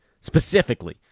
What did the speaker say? specifically